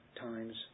times